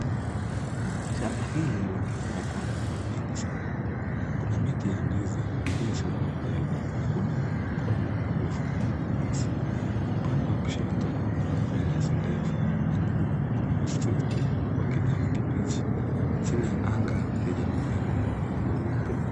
Shamba hili laonekana kuwa na mimea mingi sana. Kuna miti ya ndizi iliyosimama mbele na udongo mwekundu uliofunikwa na nyasi. Upande wa kushoto kuna nyasi ndefu na nyuma kuna msitu wa kijani kibichi, chini ya anga lenye mawingu meupe.